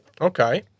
Okay